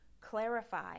clarify